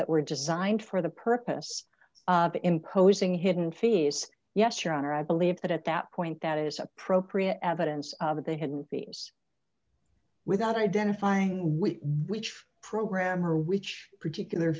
that were designed for the purpose of imposing hidden fees yes your honor i believe that at that point that is appropriate evidence of a hidden without identifying with which program or which particular